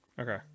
Okay